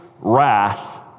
wrath